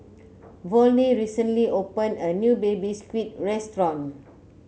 Volney recently opened a new Baby Squid restaurant